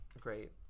Great